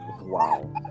Wow